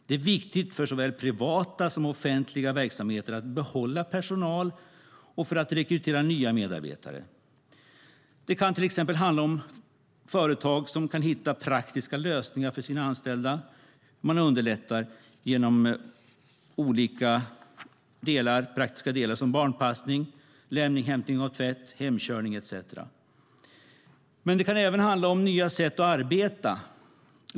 Det är viktigt för såväl privata som offentliga verksamheter för att behålla personal och för att rekrytera nya medarbetare. Det kan handla om företag som har hittat praktiska lösningar för sina anställda, till exempel att underlätta för anställda med hjälp med barnpassning, lämning och hämtning av tvätt, hemkörning etcetera. Men det kan även handla om nya sätt att arbeta.